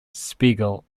spiegel